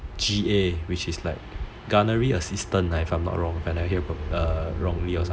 G_A which is like gunnery assistant if I'm not wrong